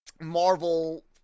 Marvel